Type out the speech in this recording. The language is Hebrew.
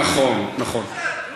נכון, נכון.